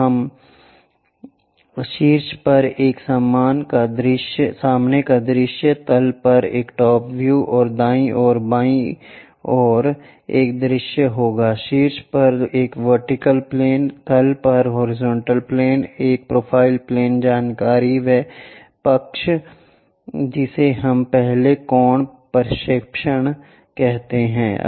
तो वहाँ हम शीर्ष पर एक सामने का दृश्य तल पर एक टॉप व्यू और दाईं ओर बाईं ओर एक दृश्य होगा शीर्ष पर एक वर्टिकल प्लेन तल पर एक हॉरिजॉन्टल प्लेन एक प्रोफ़ाइल प्लेन जानकारी वह पक्ष जिसे हम पहले कोण प्रक्षेपण कहते हैं